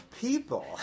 people